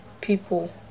people